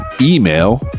email